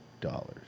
dollars